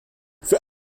für